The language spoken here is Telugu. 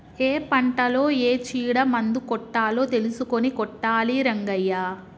ఏ పంటలో ఏ చీడ మందు కొట్టాలో తెలుసుకొని కొట్టాలి రంగయ్య